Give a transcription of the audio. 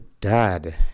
dad